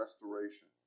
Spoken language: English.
restoration